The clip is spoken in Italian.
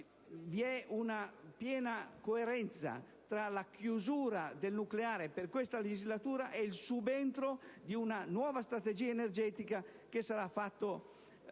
quindi una piena coerenza tra la chiusura del nucleare per questa legislatura e il subentro di una nuova Strategia energetica elaborata